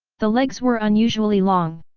the legs were unusually long.